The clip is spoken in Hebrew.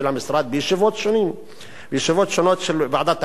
המשרד בישיבות שונות של ועדת החינוך,